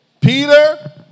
Peter